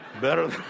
better